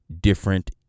different